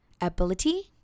Ability